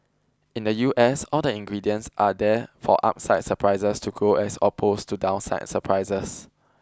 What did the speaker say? in the U S all the ingredients are there for upside surprises to growth as opposed to downside surprises